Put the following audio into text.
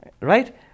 Right